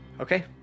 Okay